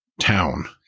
town